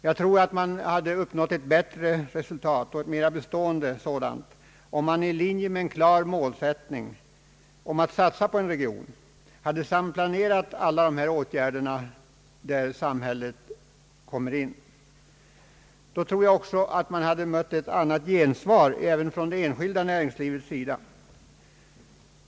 Jag tror att ett bättre och ett mera bestående resultat hade uppnåtts, om i linje med en klar målsättning om att satsa på en region en samplanering skett av alla åtgärder där samhället kommer in i bilden. Då tror jag också att man hade mött ett annat gensvar även från det enskilda näringslivets sida.